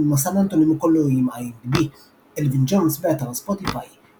במסד הנתונים הקולנועיים IMDb אלווין ג'ונס,